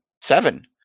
seven